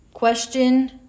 Question